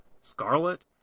scarlet